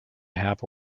have